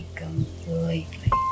completely